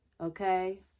okay